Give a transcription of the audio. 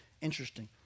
interesting